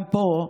גם פה,